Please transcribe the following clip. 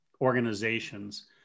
organizations